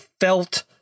felt